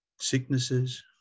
Sicknesses